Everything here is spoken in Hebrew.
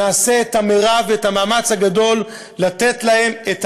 שנעשה את המרב ואת המאמץ הגדול לתת להם את